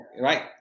Right